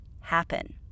happen